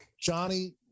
Johnny